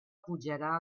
pujarà